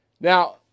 Now